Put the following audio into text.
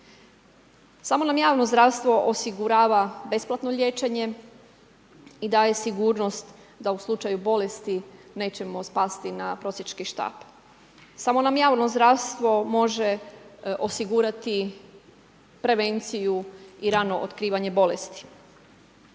Samo nam javno zdravstvo osigurava besplatno liječenje i daje sigurnost da u slučaju bolesti nećemo spasti na prosjački štap. Samo nam javno zdravstvo može osigurati prevenciju i rano otkrivanje bolesti.